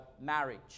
marriage